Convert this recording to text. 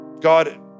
God